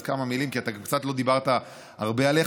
אז כמה מילים, כי אתה לא דיברת הרבה עליך.